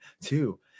two